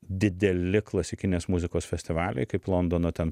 dideli klasikinės muzikos festivaliai kaip londono